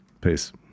Peace